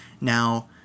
Now